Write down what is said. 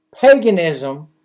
Paganism